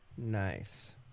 Nice